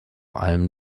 allem